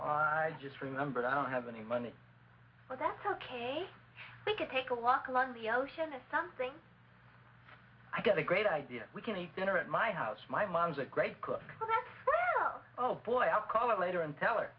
i just remembered i don't have any money but that's ok we can take a walk along the ocean a something i got a great idea we can eat dinner at my house my mom's a great cook oh boy i'll call up later and tell